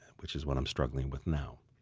which is what i'm struggling with now